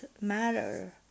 matter